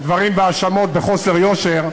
דברים והאשמות בחוסר יושר,